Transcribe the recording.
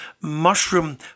mushroom